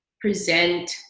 present